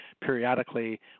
periodically